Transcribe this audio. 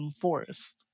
forest